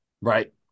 right